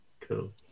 Cool